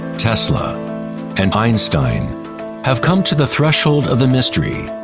tesla and einstein have come to the threshold ah the mystery.